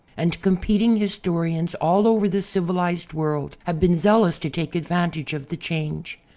and competing historians all over the civilized world have been zealous to take advantage of the change.